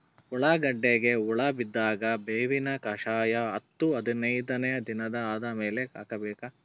ಉಳ್ಳಾಗಡ್ಡಿಗೆ ಹುಳ ಬಿದ್ದಾಗ ಬೇವಿನ ಕಷಾಯ ಹತ್ತು ಹದಿನೈದ ದಿನ ಆದಮೇಲೆ ಹಾಕಬೇಕ?